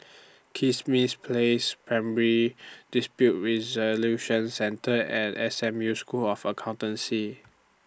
Kismis Place Primary Dispute Resolution Centre and S M U School of Accountancy